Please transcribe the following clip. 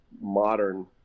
modern